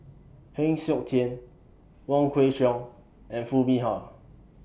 Heng Siok Tian Wong Kwei Cheong and Foo Mee Har